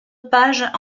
pages